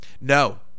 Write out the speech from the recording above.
No